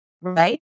right